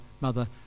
mother